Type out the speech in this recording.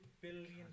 billion